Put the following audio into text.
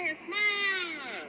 smile